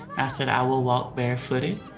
i said, i will walk barefooted,